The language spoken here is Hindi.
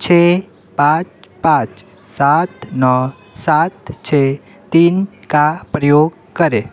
छः पाँच पाँच सात नौ सात छः तीन का उपयोग करें